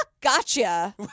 gotcha